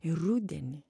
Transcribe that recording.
ir rudenį